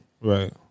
Right